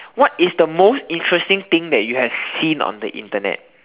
what is the most interesting thing that you have seen on the Internet